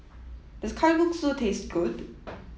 does Kalguksu taste good